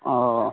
oh